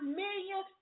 million